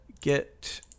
get